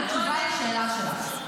בתשובה על השאלה שלך,